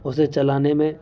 اسے چلانے میں